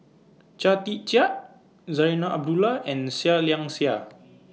Chia Tee Chiak Zarinah Abdullah and Seah Liang Seah